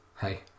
Hey